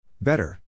Better